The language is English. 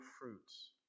fruits